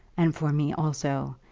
and for me also.